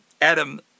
Adam